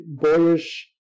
boyish